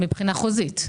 מבחינה חוזית.